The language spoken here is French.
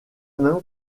même